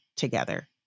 together